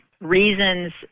reasons